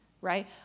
right